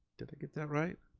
did i get that right?